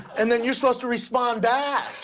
and then you're supposed to respond back.